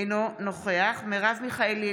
אינו נוכח מרב מיכאלי,